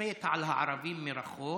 שמתצפת על הערבים מרחוק